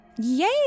Yay